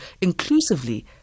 inclusively